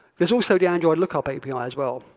there's also the android lookup api ah as well.